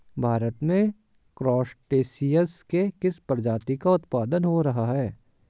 भारत में क्रस्टेशियंस के किस प्रजाति का उत्पादन हो रहा है?